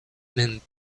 meant